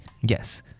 Yes